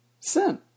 Sin